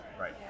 Right